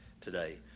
today